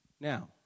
Now